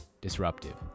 disruptive